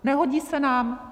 Nehodí se nám?